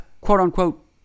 quote-unquote